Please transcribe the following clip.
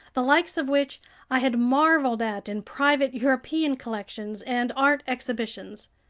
the likes of which i had marveled at in private european collections and art exhibitions.